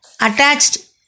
attached